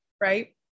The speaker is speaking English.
right